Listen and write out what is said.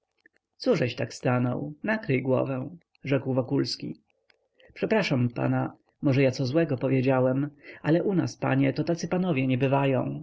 czapkę cóżeś stanął nakryj głowę rzekł wokulski przepraszam pana może ja co złego powiedziałem ale u nas panie to tacy panowie nie bywają